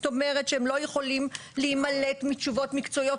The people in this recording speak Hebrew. זאת אומרת שהן יכולות להימלט מתשובות מקצועיות